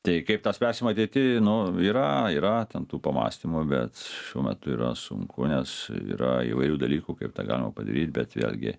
tai kaip tą spręsim ateity nu yra yra ten tų pamąstymų bet šiuo metu yra sunku nes yra įvairių dalykų kaip tą galima padaryt bet vėlgi